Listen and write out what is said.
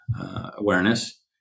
awareness